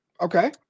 Okay